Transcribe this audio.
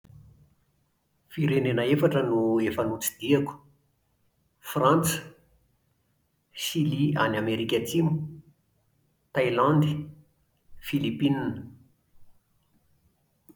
Firenena efatra no efa notsidihako: Frantsa, Shily any Amerika Atsimo, Thailandy, Filipina